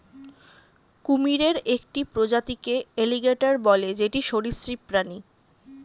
কুমিরের একটি প্রজাতিকে এলিগেটের বলে যেটি সরীসৃপ প্রাণী